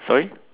sorry